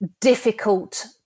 difficult